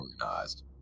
organized